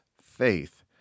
faith